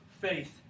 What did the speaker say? faith